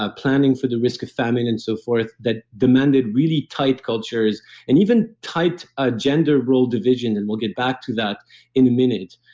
ah planning for the risk of famine and so forth, that demanded really tight cultures and even tight ah gender role division. and we'll get back to that in a minute.